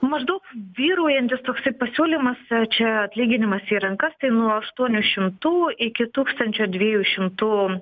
maždaug vyraujantis toksai pasiūlymas čia atlyginimas į rankas tai nuo aštuonių šimtų iki tūkstančio dviejų šimtų